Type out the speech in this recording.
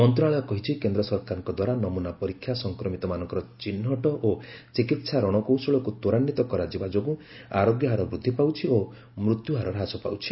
ମନ୍ତ୍ରଣାଳୟ କହିଛି କେନ୍ଦ୍ର ସରକାରଙ୍କ ଦ୍ୱାରା ନମୂନା ପରୀକ୍ଷା ସଂକ୍ରମିତମାନଙ୍କର ଚିହ୍ନଟ ଓ ଚିକିହା ରଶକୌଶଳକୁ ତ୍ୱରାନ୍ୱିତ କରାଯିବା ଯୋଗୁଁ ଆରୋଗ୍ୟହାର ବୃଦ୍ଧି ପାଉଛି ମୃତ୍ୟୁହାର ହ୍ରାସ ପାଉଛି